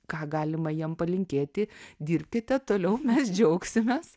ką galima jiem palinkėti dirbkite toliau mes džiaugsimės